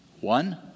One